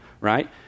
right